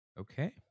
Okay